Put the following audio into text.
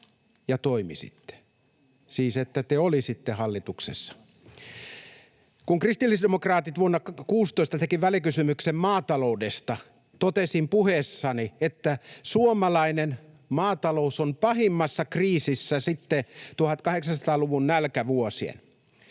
ja toimisitte — siis että te olisitte hallituksessa. Kun kristillisdemokraatit vuonna 16 tekivät välikysymyksen maataloudesta, totesin puheessani, että suomalainen maatalous on pahimmassa kriisissä sitten 1800-luvun nälkävuosien.